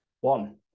One